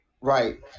Right